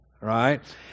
right